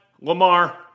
Lamar